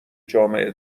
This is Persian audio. جامعه